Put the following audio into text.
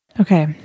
Okay